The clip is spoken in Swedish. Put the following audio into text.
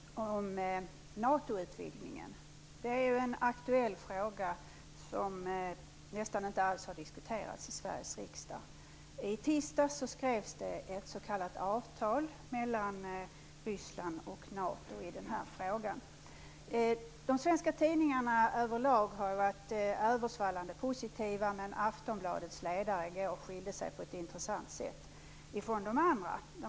Fru talman! Jag skulle vilja ställa en fråga till statsrådet Pierre Schori om NATO-utvidgningen. Det är ju en aktuell fråga som nästan inte alls har diskuterats i Sveriges riksdag. I tisdags skrevs ett s.k. avtal mellan Ryssland och NATO i den här frågan. De svenska tidningarna har överlag varit översvallande positiva, men Aftonbladets ledare i går skilde sig på ett intressant sätt från de andra.